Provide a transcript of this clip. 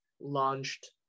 launched